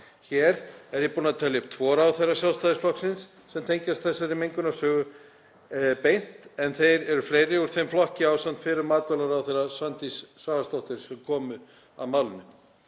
Hér er ég búinn að telja upp tvo ráðherra Sjálfstæðisflokksins sem tengjast þessari mengunarsögu beint en þeir eru fleiri úr þeim flokki ásamt fyrrum matvælaráðherra, Svandísi Svavarsdóttur, sem komu að málinu.